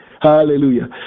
Hallelujah